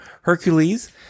Hercules